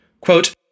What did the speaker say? Quote